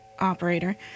operator